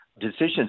decisions